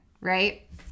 right